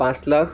পাঁচ লাখ